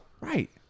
Right